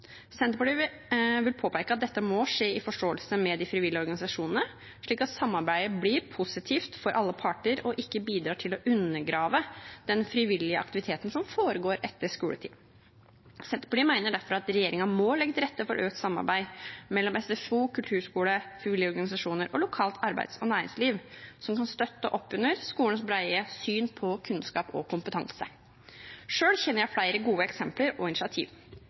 Senterpartiet vil påpeke at dette må skje i forståelse med de frivillige organisasjonene slik at samarbeidet blir positivt for alle parter og ikke bidrar til å undergrave den frivillige aktiviteten som foregår etter skoletid. Senterpartiet mener derfor at regjeringen må legge til rette for økt samarbeid mellom SFO, kulturskole, frivillige organisasjoner og lokalt arbeids- og næringsliv som kan støtte opp under skolens brede syn på kunnskap og kompetanse. Selv kjenner jeg flere gode eksempler og initiativ.